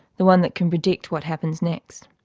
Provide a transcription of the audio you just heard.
the one that can predict what happens next.